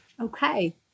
Okay